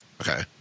Okay